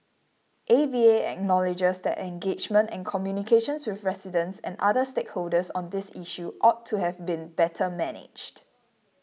A V A acknowledges that engagement and communications with residents and other stakeholders on this issue ought to have been better managed